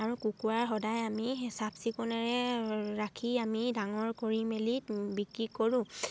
আৰু কুকুৰা সদায় আমি চাফ চিকুণেৰে ৰাখি আমি ডাঙৰ কৰি মেলি বিক্ৰী কৰোঁ